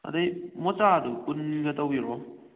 ꯑꯗꯩ ꯃꯣꯆꯥꯗꯨ ꯀꯨꯟꯒ ꯇꯧꯕꯤꯔꯛꯑꯣ